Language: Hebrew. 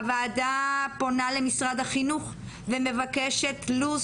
הוועדה פונה למשרד החינוך ומבקשת לוח